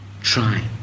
try